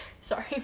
sorry